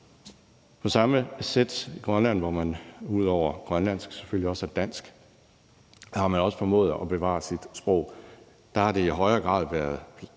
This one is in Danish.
og vis er det i Grønland, hvor man ud over grønlandsk selvfølgelig også har dansk. Der har man også formået at bevare sit sprog. Der har det i højere grad været